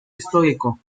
histórico